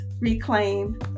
reclaim